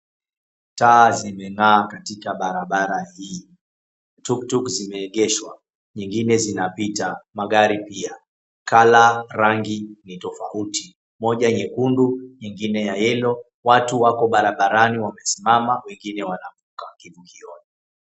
Taa zimengaa katika barabara hii. Tuktuk zimeegeshwa, zingine zinapita. Magari pia, rangi ni tofauti. Moja nyekundu ingine ya yellow . Watu wako barabarani wakisimama, wengine wanavuka kivukioni.